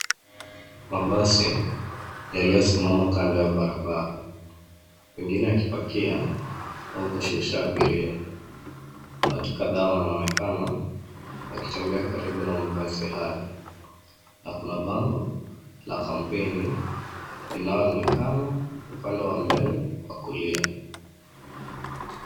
Mabasi yaliyosimama kando ya barabara pengine yakipakia au kushusha abiria. Watu kadhaa wanaonekana wakitembea karibu na mabasi haya na kuna bango la kampeni inayoonekana upande wa mbele wa kulia.